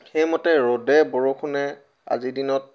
সেইমতে ৰ'দে বৰষুণে আজিৰ দিনত